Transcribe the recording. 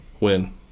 Win